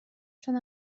چون